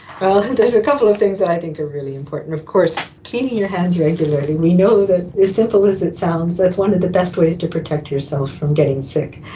ah so there's a couple of things i think are really important. of course cleaning your hands regularly. we know that, as simple as it sounds, that's one of the best ways to protect yourself from getting sick.